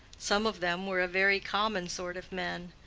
some of them were a very common sort of men.